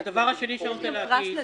הדבר השני שאני רוצה להגיד,